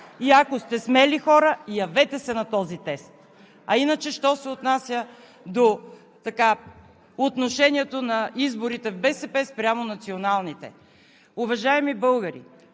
И ако сте смели хора, явете се на този тест. Иначе, що се отнася до отношението на изборите в БСП спрямо националните. Уважаеми българи,